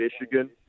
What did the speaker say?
Michigan